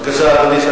בבקשה, אדוני.